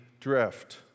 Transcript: drift